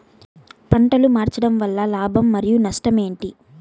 పంటలు మార్చడం వలన లాభం మరియు నష్టం ఏంటి